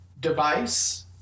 device